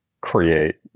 create